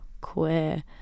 queer